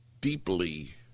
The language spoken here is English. deeply